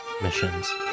missions